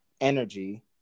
energy